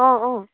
অঁ অঁ